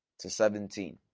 to seventeen.